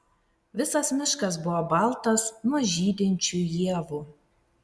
visas miškas buvo baltas nuo žydinčių ievų